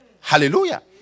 Hallelujah